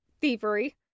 thievery